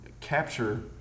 capture